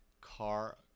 Car